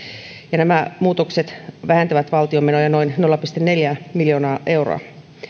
nämä muutokset vähentävät valtion menoja noin nolla pilkku neljä miljoonaa euroa